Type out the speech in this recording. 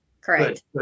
Correct